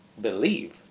believe